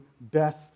best